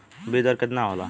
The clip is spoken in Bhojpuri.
बीज दर केतना होला?